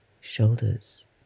shoulders